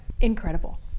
Incredible